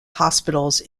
hospitals